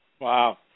Wow